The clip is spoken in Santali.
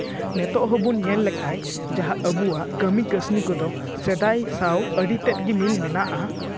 ᱱᱤᱛᱚᱜ ᱦᱚᱸᱵᱚᱱ ᱧᱮᱞ ᱞᱮᱠᱷᱟᱱ ᱡᱟᱦᱟᱸ ᱟᱵᱚᱣᱟᱜ ᱠᱟᱹᱢᱤ ᱠᱟᱹᱥᱱᱤ ᱠᱚᱫᱚ ᱥᱮᱫᱟᱭ ᱥᱟᱶ ᱟᱹᱰᱤ ᱛᱮᱫ ᱜᱮ ᱢᱤᱞ ᱢᱮᱱᱟᱜᱼᱟ